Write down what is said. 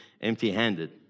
empty-handed